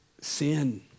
Sin